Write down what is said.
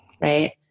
right